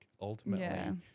ultimately